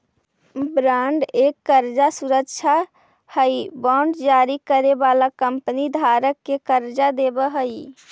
bond एक कर्जा सुरक्षा हई बांड जारी करे वाला कंपनी धारक के कर्जा देवऽ हई